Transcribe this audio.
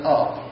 up